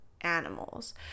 animals